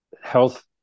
health